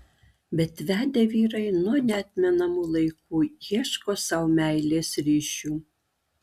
bet vedę vyrai nuo neatmenamų laikų ieško sau meilės ryšių